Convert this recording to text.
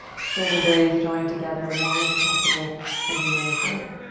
shoulder blades drawing together as long as possible as you lean forward.